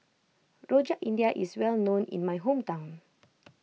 Rojak India is well known in my hometown